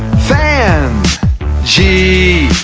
fan g,